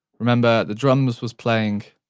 remember the drums was playing,